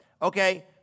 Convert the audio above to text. Okay